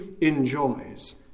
enjoys